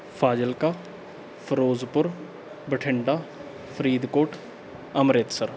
Fazilka Firozpur Bathinda Faridkot Amritsar